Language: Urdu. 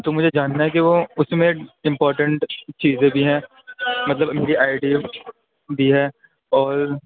تو مجھے جاننا ہے کہ وہ اُس میں امپارٹینٹ چیزیں بھی ہیں مطلب یوں ہی آئی ڈی ایف بھی ہے اور